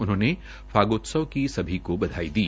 उन्होंने फागोत्सव सभी को बधाई दी